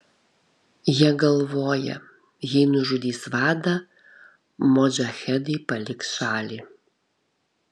jie galvoja jei nužudys vadą modžahedai paliks šalį